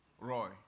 Roy